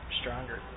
stronger